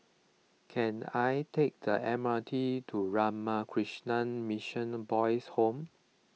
can I take the M R T to Ramakrishna Mission Boys' Home